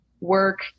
work